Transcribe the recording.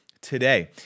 today